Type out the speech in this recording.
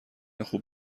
خوب